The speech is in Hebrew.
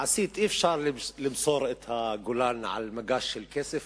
מעשית אי-אפשר למסור את הגולן על מגש של כסף,